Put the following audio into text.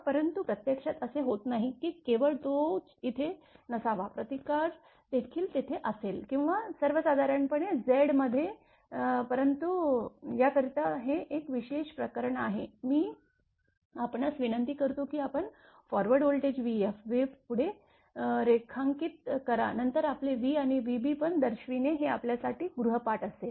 परंतु प्रत्यक्षात असे होत नाही की केवळ तोच तेथे नसावा प्रतिकार देखील तेथे असेल किंवा सर्वसाधारणपणे Z मध्ये परंतु याकरिता हे एक विशेष प्रकरण आहे मी आपणास विनंती करतो की आपण फॉरवर्ड व्होल्टेज vf वेव्ह पुढे रेखांकित करा नंतर आपले v आणि vb पण दर्शविणे हे आपल्यासाठी गृहपाठ असेल